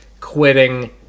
quitting